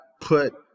put